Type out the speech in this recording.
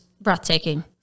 breathtaking